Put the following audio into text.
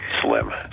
slim